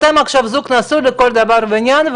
אתם עכשיו זוג נשוי לכל דבר ועניין,